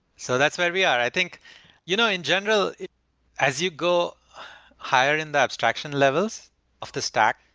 so that's where we are. i think you know in general, as you go higher in the abstraction levels of the stack,